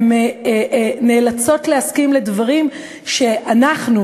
הן נאלצות להסכים לדברים שאנחנו,